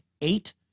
eight